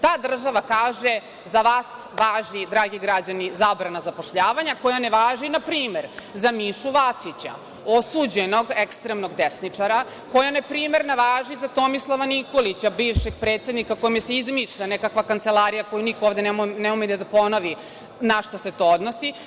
Ta država kaže – za vas važi, dragi građani, zabrana“ zapošljavanja, koja ne važi na primer za Mišu Vacića, osuđenog ekstremnog desničara, koja na primer ne važi za Tomislava Nikolića, bivšeg predsednika, kome se izmišlja nekakva kancelarija koju niko ovde ne ume ni da ponovi na šta se odnosi.